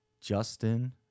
Justin